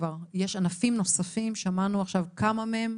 יש ענפים נוספים ושמענו כמה מהם.